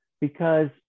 because-